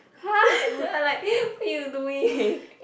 then I like what you doing